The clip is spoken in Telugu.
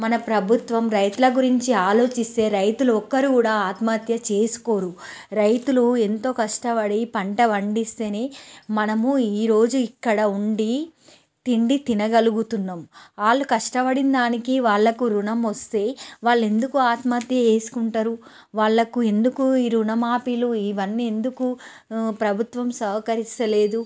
మన ప్రభుత్వం రైతుల గురించి ఆలోచిస్తే రైతులు ఒక్కరు కూడా ఆత్మహత్య చేసుకోరు రైతులు ఎంతో కష్టపడి పంట పండిస్తేనే మనము ఈరోజు ఇక్కడ ఉండి తిండి తినగలుగుతున్నాము వాళ్ళు కష్టపడిన దానికి వాళ్ళకు ఋణం వస్తే వాళ్ళు ఎందుకు ఆత్మహత్య చేసుకుంటారు వాళ్ళకు ఎందుకు ఈ రుణమాఫీలు ఇవన్నీ ఎందుకు ప్రభుత్వం సహకరిస్త లేదు